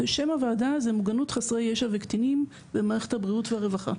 שם הוועדה זה מוגנות חסרי ישע וקטינים במערכת הבריאות והרווחה.